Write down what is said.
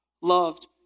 loved